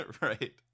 Right